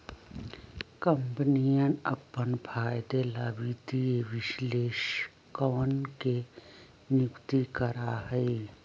कम्पनियन अपन फायदे ला वित्तीय विश्लेषकवन के नियुक्ति करा हई